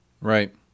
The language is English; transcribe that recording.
Right